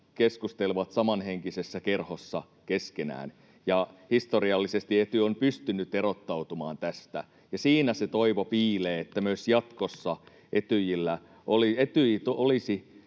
keskustelevat samanhenkisessä kerhossa keskenään. Historiallisesti Etyj on pystynyt erottautumaan tästä, ja siinä se toivo piilee, että myös jatkossa Etyj olisi